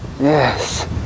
Yes